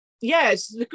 yes